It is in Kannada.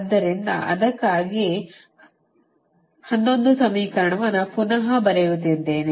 ಆದ್ದರಿಂದ ಅದಕ್ಕಾಗಿಯೇ 11 ಸಮೀಕರಣವನ್ನು ಪುನಃ ಬರೆಯುತ್ತಿದ್ದೇವೆ